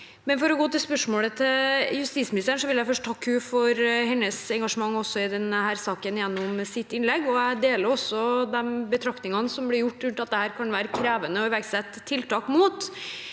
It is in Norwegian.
For å gå til spørsmålet til justisministeren: Jeg vil først takke henne for hennes engasjement også i denne saken, gjennom sitt innlegg. Jeg deler de betraktningene som blir gjort rundt at det kan være krevende å iverksette tiltak mot